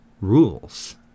rules